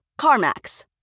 CarMax